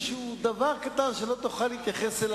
חבר הכנסת טיבי, לא לעמוד